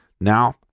now